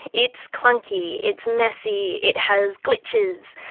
it's clunky, it's messy, it has glitches.